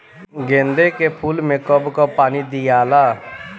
गेंदे के फूल मे कब कब पानी दियाला?